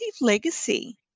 legacy